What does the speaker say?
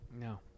No